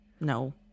No